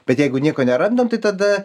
bet jeigu nieko nerandam tai tada